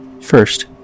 First